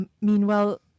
Meanwhile